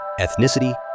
ethnicity